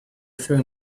three